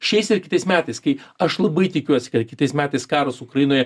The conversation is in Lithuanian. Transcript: šiais ar kitais metais kai aš labai tikiuosi kad kitais metais karas ukrainoje